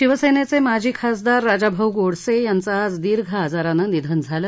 शिवसेनेचे माजी खासदार राजाभाऊ गोडसे यांचं आज दीर्घ आजारानं निधन झालं